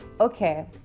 okay